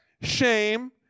shame